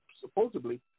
supposedly